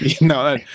no